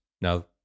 Now